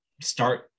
start